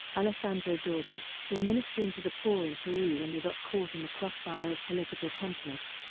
alessandro dordi, were ministering to the poor in peru when they got caught in the crossfire of political conflict.